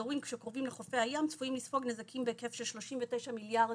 אזורים הקרובים לחופי הים צפויים לספוג נזקים בהיקף של 39 מיליארד